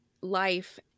life